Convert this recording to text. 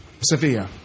Sevilla